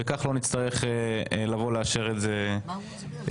ואז לא נצטרך לבוא ולאשר את זה שוב.